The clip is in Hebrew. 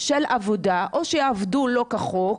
של עבודה, או שהם יעבדו לא כחוק,